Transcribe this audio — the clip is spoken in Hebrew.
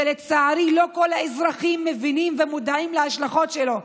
שלצערי לא כל האזרחים מבינים ומודעים להשלכות שלו.